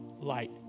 light